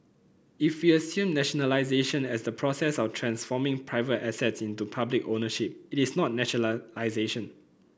if we assume nationalisation as the process of transforming private assets into public ownership it is not nationalisation